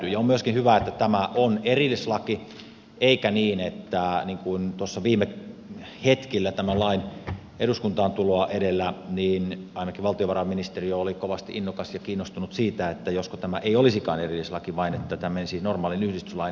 on myöskin hyvä että tämä on erillislaki eikä niin kuin tuossa viime hetkillä tämän lain eduskuntaan tuloa edellä ainakin valtiovarainministeriö oli kovasti innokas ja kiinnostunut siitä josko tämä ei olisikaan erillislaki vaan että tämä menisi normaalin yhdistyslain puitteissa